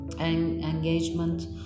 engagement